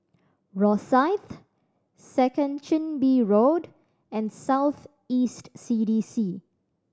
Rosyth Second Chin Bee Road and South East C D C